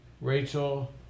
Rachel